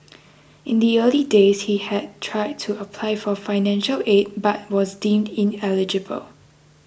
in the early days he had tried to apply for financial aid but was deemed ineligible